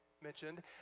mentioned